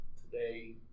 today